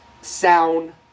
Sound